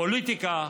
הפוליטיקה,